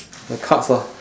the cards lah